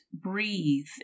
breathe